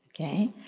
Okay